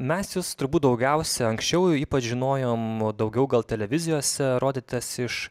mes jus turbūt daugiausia anksčiau ypač žinojom daugiau gal televizijose rodėtės iš